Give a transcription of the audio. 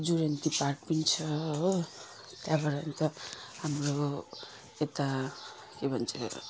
जुरन्ती park पनि छ हो त्यहाँबाट अन्त हाम्रो यता के भन्छ